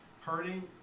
Hurting